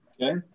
Okay